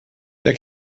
der